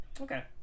okay